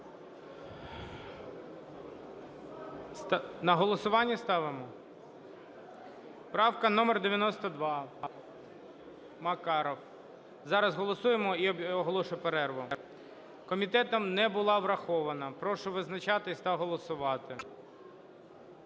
На голосування ставимо? Правка номер 92, Макаров. Зараз голосуємо і оголошую перерву. Комітетом не була врахована. Прошу визначатись та голосувати.